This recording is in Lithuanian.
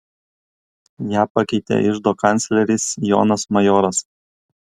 ją pakeitė iždo kancleris jonas majoras